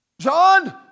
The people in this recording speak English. John